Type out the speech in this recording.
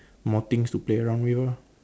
more things to play around with lor